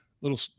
little